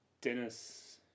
Dennis